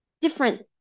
different